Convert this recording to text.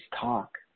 talk